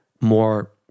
more